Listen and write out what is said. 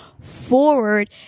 forward